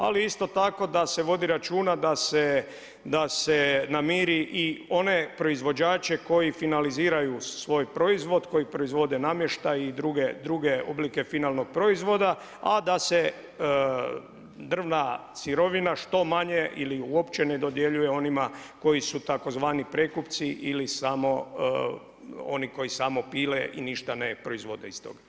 Ali isto tako da se vodi računa da se namiri i one proizvođače koji finaliziraju svoj proizvod, koji proizvode namještaj i druge oblike finalnog proizvoda, a da se drvna sirovina što manje ili uopće ne dodjeljuje onima koji su tzv. prekupci ili oni koji samo pile i ništa ne proizvode iz tog.